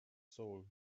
soul